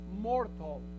mortal